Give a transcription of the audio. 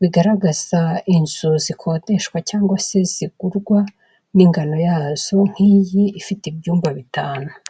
bigaragaza inzu zikodeshwa cyangwa se zigurwa n'ingano yazo nk'iyi ifite ibyumba bitanu.